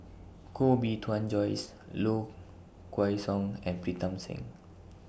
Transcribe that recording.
Koh Bee Tuan Joyce Low Kway Song and Pritam Singh